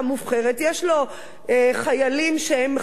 יש לו חיילים שהם דתיים,